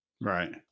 right